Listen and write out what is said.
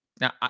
Now